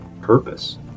purpose